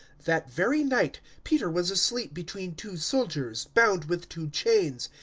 that very night peter was asleep between two soldiers, bound with two chains,